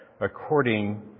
according